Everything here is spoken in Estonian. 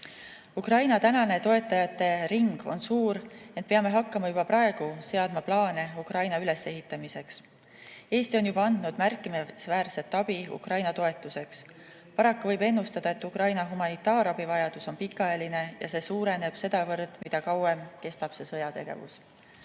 Ukraina tänane toetajatering on suur, ent peame hakkama juba praegu seadma plaane Ukraina ülesehitamiseks. Eesti on andnud märkimisväärset abi Ukraina toetuseks. Paraku võib ennustada, et Ukraina humanitaarabivajadus on pikaajaline ja see suureneb sedavõrd, mida kauem kestab sõjategevus.